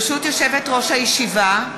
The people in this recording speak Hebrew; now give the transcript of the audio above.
ברשות יושבת-ראש הישיבה,